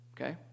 okay